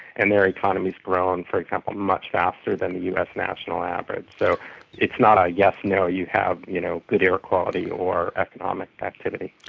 and to their economy has grown, for example, much faster than the us national average. so it's not a yes, no, you have you know good air quality or economic activity.